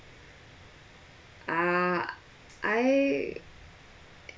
ah I